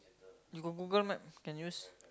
you got Google Map can use